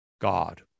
God